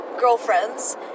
girlfriends